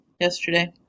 yesterday